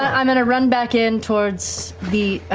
i'm going to run back in towards the